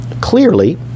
clearly